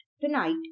tonight